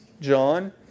John